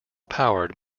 powered